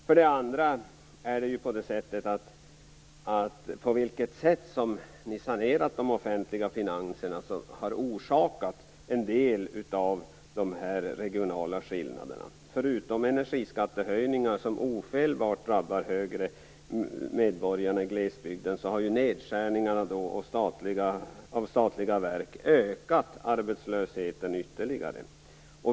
För det andra har det sätt på vilket ni har sanerat de offentliga finanserna orsakat en del av de regionala skillnaderna. Förutom energiskattehöjningar, som ofelbart drabbar medborgarna i glesbygden hårdare, har nedskärningarna inom statliga verk ökat arbetslösheten ytterligare.